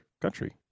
country